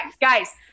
guys